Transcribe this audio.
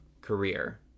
career